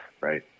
right